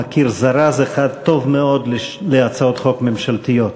מכיר זרז אחד טוב מאוד להצעות חוק ממשלתיות.